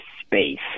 space